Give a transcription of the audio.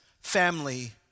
family